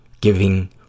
giving